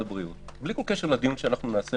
הבריאות בלי כל קשר לדיון שאנחנו נקיים,